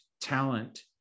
talent